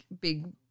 big